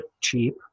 cheap